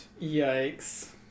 Yikes